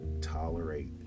tolerate